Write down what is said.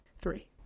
Three